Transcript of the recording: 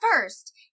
first